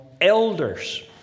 elders